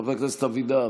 חבר הכנסת אבידר